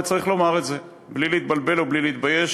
וצריך לומר את זה בלי להתבלבל ובלי להתבייש,